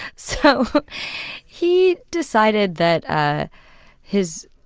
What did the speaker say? so he decided that ah his